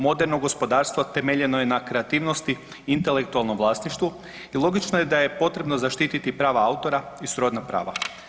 Moderno gospodarstvo temeljeno je na kreativnosti, intelektualnom vlasništvu i logično je da je potrebno zaštititi prava autora i srodna prava.